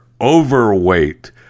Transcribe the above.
overweight